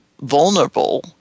vulnerable